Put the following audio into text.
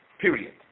Period